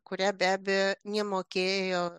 kuria be abejo nemokėjo